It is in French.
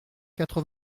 quatre